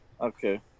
Okay